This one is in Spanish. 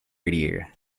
griega